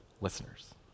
listeners